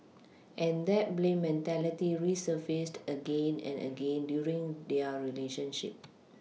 and that blame mentality resurfaced again and again during their relationship